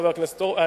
חבר הכנסת אורבך.